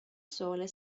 sole